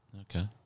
Okay